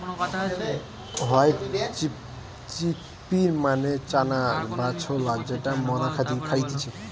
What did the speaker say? white chickpea মানে চানা বা ছোলা যেটা মরা খাইতেছে